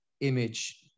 image